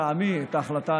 בכנסת,